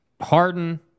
Harden